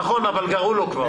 נכון, אבל גרעו לו כבר.